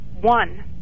One